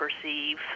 perceive